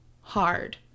hard